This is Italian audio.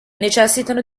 necessitano